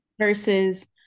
versus